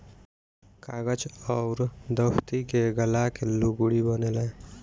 कागज अउर दफ़्ती के गाला के लुगरी बनेला